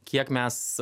kiek mes